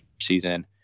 season